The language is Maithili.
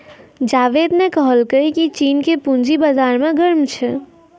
जावेद ने कहलकै की चीन के पूंजी बाजार गर्म छै